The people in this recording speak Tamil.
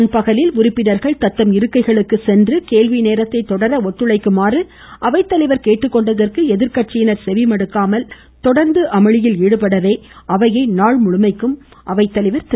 நண்பகலின் உறுப்பினர்கள் தத்தம் இருக்கைக்கு சென்று கேள்வி நேர்த்தை தொடர ஒத்துழைக்குமாறு அவைத்தலைவர் கேட்டுக்கொண்டதற்கு எதிர்கட்சியினர் செவிமடுக்காமல் தொடர்ந்து அமளியில் ஈடுபடவே அவையை நாள் முழுமைக்கும் திரு